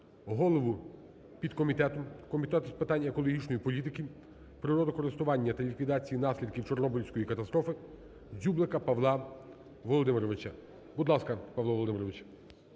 голову підкомітету Комітету з питань екологічної політики, природокористування та ліквідації наслідків Чорнобильської катастрофи Дзюблика Павла Володимировича. Будь ласка, Павло Володимирович.